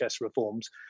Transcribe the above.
reforms